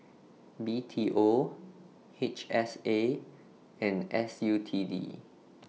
B T O H S A and S U T D